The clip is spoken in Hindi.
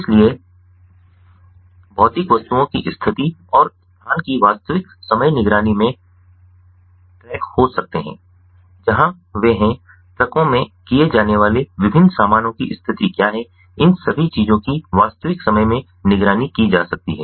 इसलिए भौतिक वस्तुओं की स्थिति और स्थान की वास्तविक समय निगरानी में ट्रक हो सकते हैं जहां वे हैं ट्रकों में किए जाने वाले विभिन्न सामानों की स्थिति क्या है इन सभी चीजों की वास्तविक समय से निगरानी की जा सकती है